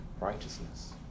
righteousness